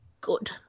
good